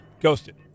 ghosted